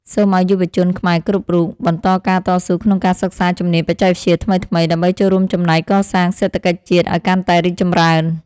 សូមឱ្យយុវជនខ្មែរគ្រប់រូបបន្តការតស៊ូក្នុងការសិក្សាជំនាញបច្ចេកវិទ្យាថ្មីៗ ដើម្បីចូលរួមចំណែកកសាងសេដ្ឋកិច្ចជាតិឱ្យកាន់តែរីកចម្រើន។